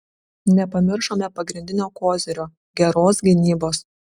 nepamiršome pagrindinio kozirio geros gynybos